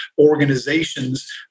organizations